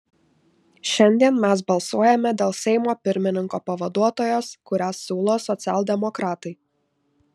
šiandien mes balsuojame dėl seimo pirmininko pavaduotojos kurią siūlo socialdemokratai